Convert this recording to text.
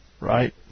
right